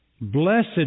Blessed